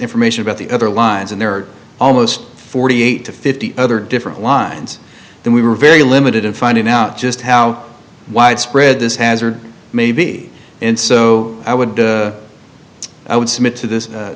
information about the other lines and there are almost forty eight to fifty other different lines that we were very limited in finding out just how widespread this hazard may be and so i would i would submit to this